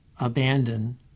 abandon